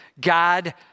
God